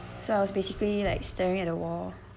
so I was basically like staring at a wall